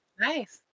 Nice